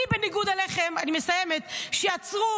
אני, בניגוד אליכם, אני מסיימת, כשעצרו